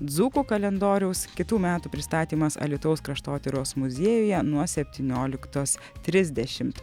dzūkų kalendoriaus kitų metų pristatymas alytaus kraštotyros muziejuje nuo septynioliktos trisdešimt